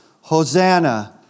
Hosanna